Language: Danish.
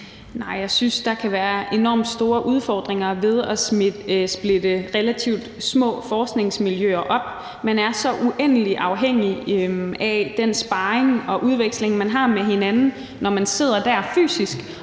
(EL): Jeg synes, der kan være enormt store udfordringer ved at splitte relativt små forskningsmiljøer op. Man er så uendelig afhængig af den sparring og udveksling, man har med hinanden, når man sidder der fysisk.